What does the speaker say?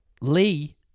Lee